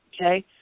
okay